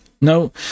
No